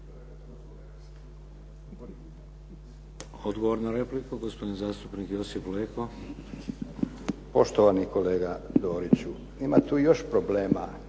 Odgovor na repliku gospodin zastupnik Josip Leko. **Leko, Josip (SDP)** Poštovani kolega Doriću. Ima tu još problema,